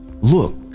Look